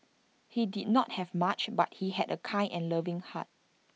he did not have much but he had A kind and loving heart